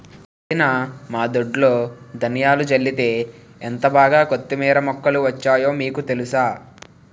వదినా మా దొడ్లో ధనియాలు జల్లితే ఎంటబాగా కొత్తిమీర మొక్కలు వచ్చాయో మీకు తెలుసా?